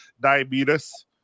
diabetes